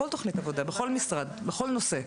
כל תוכנית עבודה ובכל משרד ובכל נושא,